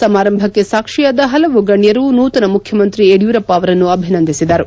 ಸಮಾರಂಭಕ್ಷೆ ಸಾಕ್ಷಿಯಾದ ಪಲವು ಗಣ್ಯರು ನೂತನ ಮುಖ್ಯಮಂತ್ರಿ ಯಡಿಯೂರಪ್ಪ ಅವರನ್ನು ಅಭಿನಂದಿಸಿದರು